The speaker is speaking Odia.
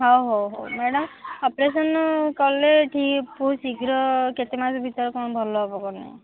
ହଉ ହଉ ହଉ ମ୍ୟାଡ଼ାମ୍ ଅପରେସନ୍ କଲେ ଏଠି ବହୁତ ଶୀଘ୍ର କେତେ ମାସ ଭିତରେ କଣ ଭଲ ହବ କଣ ନାହିଁ